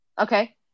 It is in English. Okay